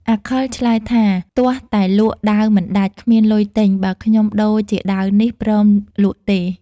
អាខិលឆ្លើយថា “ទាស់តែលក់ ដាវមិនដាច់ គ្មានលុយទិញ បើខ្ញុំដូរជាដាវនេះ ព្រមដូរទេ?។